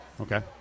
Okay